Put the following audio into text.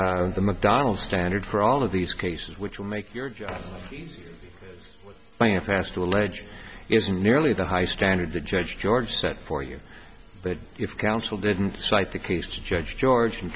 the mcdonald standard for all of these cases which will make your job by a faster ledge isn't nearly the high standard the judge george set for you but if counsel didn't cite the case judge george